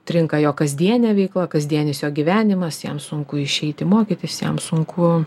trinka jo kasdienė veikla kasdienis jo gyvenimas jam sunku išeiti mokytis jam sunku